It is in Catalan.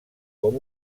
com